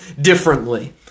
differently